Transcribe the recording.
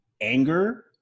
anger